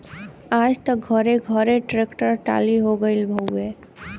आज त घरे घरे ट्रेक्टर टाली होई गईल हउवे